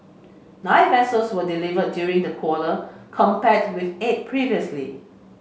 nine vessels were delivered during the quarter compared with eight previously